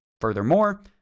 Furthermore